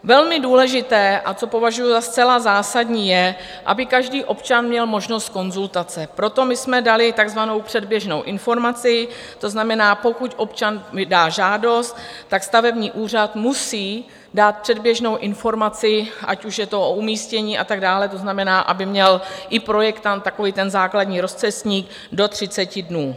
Velmi důležité, a to považuji za zcela zásadní, je, aby každý občan měl možnost konzultace, proto jsme dali takzvanou předběžnou informaci, to znamená, pokud občas vydá žádost, stavební úřad musí dát předběžnou informaci, ať už je to o umístění a tak dále, to znamená, aby měl i projektant takový ten základní rozcestník do 30 dnů.